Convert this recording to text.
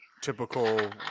typical